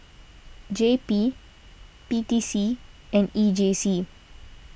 J P P T C and E J C